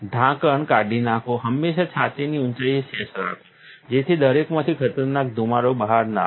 ઢાંકણ કાઢી નાખો હંમેશા છાતીની ઊંચાઈએ સેશ રાખો જેથી દરેકમાંથી ખતરનાક ધુમાડો બહાર ન આવે